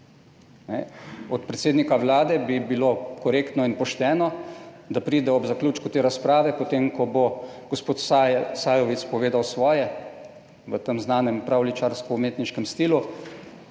Od predsednika Vlade bi bilo korektno in pošteno, da pride ob zaključku te razprave, potem, ko bo gospod Sajovic povedal svoje v tem znanem pravljičarsko umetniškem stilu,